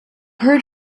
heard